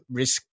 risk